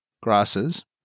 grasses